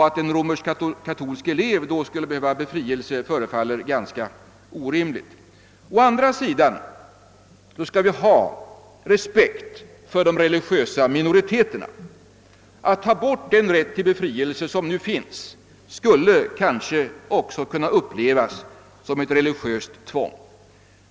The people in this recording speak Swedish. Att en romersk-katolsk elev då skulle behöva befrielse från undervisningen förefalier ganska orimligt. Å andra sidan skall vi naturligtvis visa respekt för de religiösa minoriteterna, och borttagandet av den rätt till befrielse från undervisningen som nu finns skulle kanske upplevas som ett religiöst tvång.